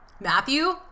Matthew